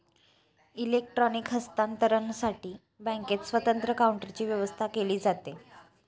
electronic हस्तांतरणसाठी बँकेत स्वतंत्र काउंटरची व्यवस्था केली जाते